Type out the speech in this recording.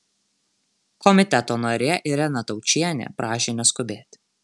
komiteto narė irena taučienė prašė neskubėti